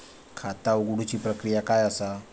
खाता उघडुची प्रक्रिया काय असा?